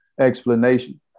explanation